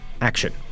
action